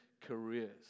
careers